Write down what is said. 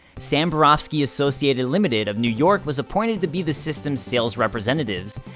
sam borofsky associates ltd. of new york was appointed to be the systems' sales representatives.